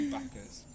Backers